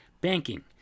banking